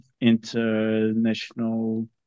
International